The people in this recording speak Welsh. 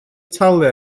talu